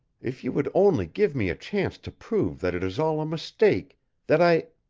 if you would only give me a chance to prove that it is all a mistake that i